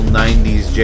90's